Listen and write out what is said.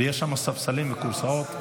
יש שם ספסלים וכורסאות.